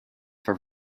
for